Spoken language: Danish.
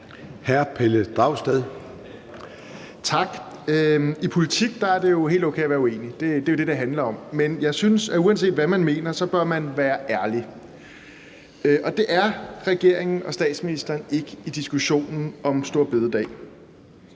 00:22 Pelle Dragsted (EL): Tak. I politik er det jo helt okay at være uenig. Det er det, det handler om. Men jeg synes, at uanset hvad man mener, bør man være ærlig, og det er regeringen og statsministeren ikke i diskussionen om store bededag.